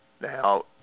Now